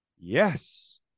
Yes